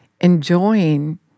enjoying